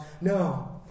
no